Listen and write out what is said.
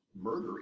murder